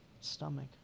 stomach